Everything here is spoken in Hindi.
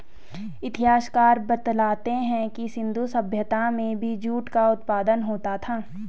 इतिहासकार बतलाते हैं कि सिन्धु सभ्यता में भी जूट का उत्पादन होता था